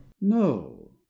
no